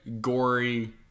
gory